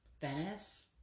Venice